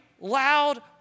loud